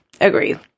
Agree